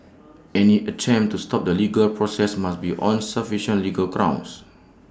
any attempt to stop the legal process must be on sufficient legal grounds